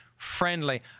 Friendly